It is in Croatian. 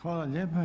Hvala lijepa.